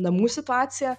namų situacija